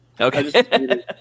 okay